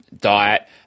diet